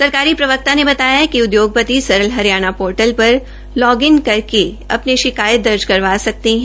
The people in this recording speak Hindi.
सरकारी प्रवक्ता ने बताया कि उद्योगपती राज्य हरियाणा पोर्टल पर लॉग इन करके अपने शिकायत दर्ज करवा सकते है